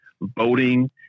voting